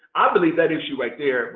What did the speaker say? i believe that issue right there,